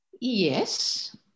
yes